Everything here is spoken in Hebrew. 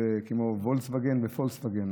וכמו וולקסווגן ופולקסווגן,